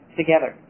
together